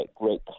great